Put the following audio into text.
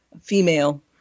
female